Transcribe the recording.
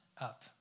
up